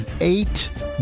eight